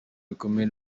bikomeye